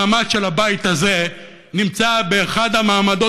לא פלא שהמעמד של הבית הזה נמצא באחד המקומות